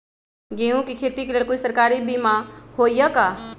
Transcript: गेंहू के खेती के लेल कोइ सरकारी बीमा होईअ का?